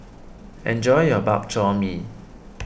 enjoy your Bak Chor Mee